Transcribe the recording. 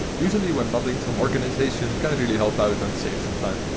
usually when modding, some organization can really help out and save some time.